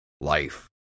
life